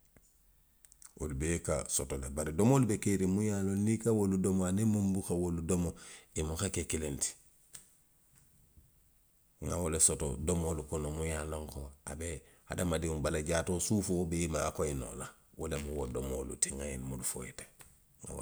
Wolu bee ka soto le. Bari domoolu be keeriŋ muŋ ye a loŋ ko niŋ i ka wolu domo. aniŋ muŋ buka wolu domo, i muka ke kiliŋ ti. Nŋa wo le soto domoolu kono muŋ ye a loŋ ko a be hadamadiŋo bala suufoo bee maakoyi noo la, wo lemu wo domoolu ti nŋa ňiŋ munnu fo i ye teŋ.